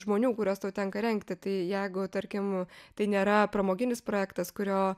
žmonių kuriuos tau tenka rengti tai jeigu tarkim tai nėra pramoginis projektas kurio